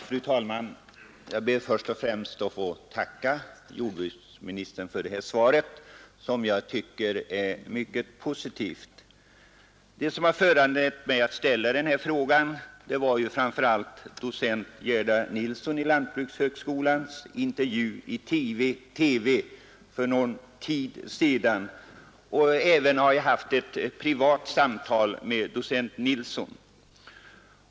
Fru talman! Jag ber först och främst att få tacka jordbruksministern för svaret som jag tycker är mycket positivt. Det som föranlett mig att ställa den här frågan är framför allt intervjun i TV för någon tid sedan med docent Gerda Nilsson vid lantbrukshögskolan; jag har även haft ett privat samtal med docent Nilsson.